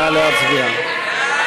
נא להצביע.